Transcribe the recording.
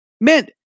Man